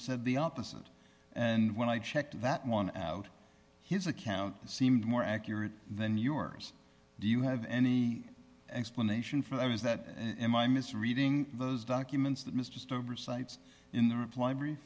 said the opposite and when i checked that one out his account seemed more accurate than yours do you have any explanation for that is that in my mis reading those documents that mr stover cites in the